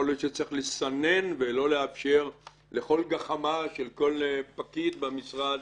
יכול להיות שצריך לסנן ולא לאפשר לכל גחמה של כל פקיד במשרד